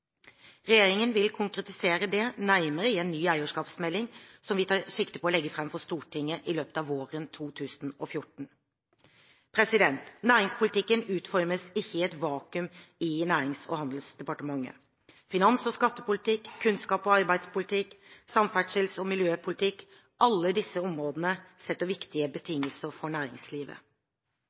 Regjeringen vil konkretisere dette nærmere i en ny eierskapsmelding, som vi tar sikte på å legge fram for Stortinget i løpet av våren 2014. Næringspolitikken utformes ikke i et vakuum i Nærings- og handelsdepartementet. Finans- og skattepolitikk, kunnskaps- og arbeidspolitikk, samferdsels- og miljøpolitikk – alle disse områdene setter viktige betingelser for næringslivet.